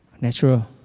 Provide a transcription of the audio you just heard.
natural